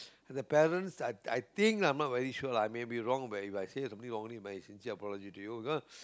the parents I I think I'm not very sure lah I may be wrong but If I say something wrongly my sincere apology to you because